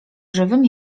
żywym